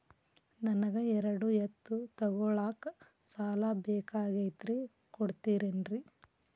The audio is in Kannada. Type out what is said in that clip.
ನನಗ ಎರಡು ಎತ್ತು ತಗೋಳಾಕ್ ಸಾಲಾ ಬೇಕಾಗೈತ್ರಿ ಕೊಡ್ತಿರೇನ್ರಿ?